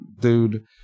dude